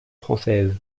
française